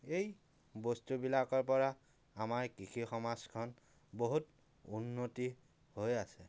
এই বস্তুবিলাকৰ পৰা আমাৰ কৃষি সমাজখন বহুত উন্নতি হৈ আছে